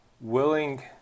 Willing